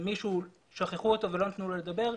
אם שכחו מישהו ולא נתנו לו לדבר,